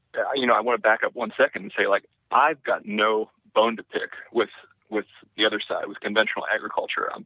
ah you know i want to back up one second and say like i've got no bone to pick with with the other side, with conventional agriculture. um